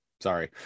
sorry